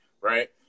right